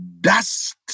Dust